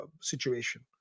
situation